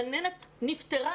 גננת בפתח תקוה נפטרה